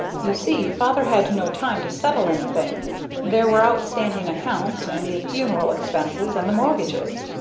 you see, father had no time to settle anything there were outstanding accounts, and the funeral expenses, and the mortgages.